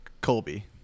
Colby